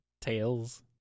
Tails